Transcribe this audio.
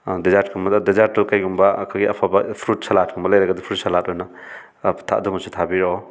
desert ꯀꯨꯝꯕꯗ ꯗꯦꯖꯥꯔꯠꯇꯣ ꯀꯔꯤꯒꯨꯝꯕ ꯑꯩꯈꯣꯏꯒꯤ ꯑꯐꯕ ꯐ꯭ꯔꯨꯠ ꯁꯂꯥꯗꯀꯨꯝꯕ ꯂꯩꯔꯒꯗꯤ ꯐ꯭ꯔꯨꯠ ꯁꯂꯥꯗ ꯑꯣꯏꯅ ꯑꯗꯨꯃꯁꯨ ꯊꯥꯕꯤꯔꯛꯑꯣ